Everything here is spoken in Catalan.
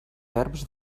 verbs